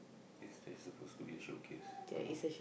is this suppose to be a showcase more